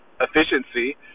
efficiency